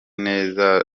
neza